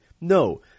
No